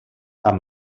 amb